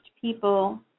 people